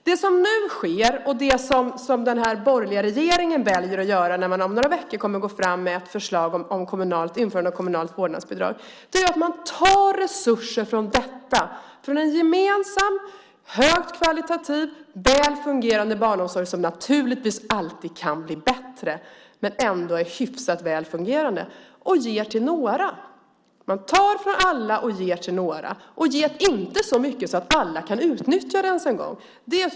Det som nu sker, och som den borgerliga regeringen väljer att göra när man om några veckor lägger fram förslag om införande av kommunalt vårdnadsbidrag, är att man tar resurser från en gemensam, högt kvalitativ, väl fungerande barnomsorg, som naturligtvis alltid kan bli bättre men ändå är hyfsat väl fungerande, och ger till några. Man tar från alla och ger till några. Man ger inte så mycket att alla kan utnyttja den. Det är förkastligt.